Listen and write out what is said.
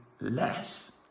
less